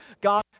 God